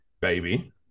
baby